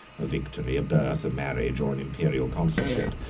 a victory, a birth, a marriage, or an imperial consulship,